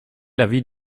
l’avis